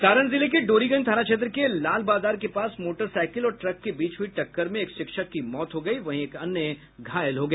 सारण जिले के डोरीगंज थाना क्षेत्र के लालबाजार के पास मोटरसाइकिल और ट्रक के बीच हुई टक्कर में एक शिक्षक की मौत हो गयी वहीं एक अन्य घायल हो गया